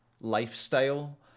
lifestyle